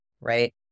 right